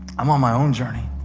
i'm on my own journey.